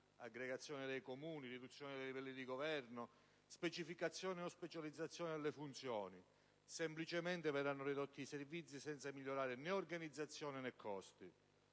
(aggregazione dei Comuni, riduzione dei livelli di governo, specificazione o specializzazione delle funzioni): semplicemente, verranno ridotti i servizi, senza migliorare né organizzazione né costi.